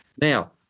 Now